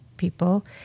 people